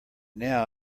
now